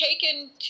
taken